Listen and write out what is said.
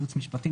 כייעוץ משפטי,